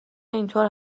اینطور